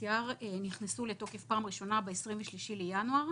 PCR נכנסו לתוקף בפעם הראשונה ב-23 בינואר.